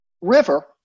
river